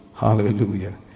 Hallelujah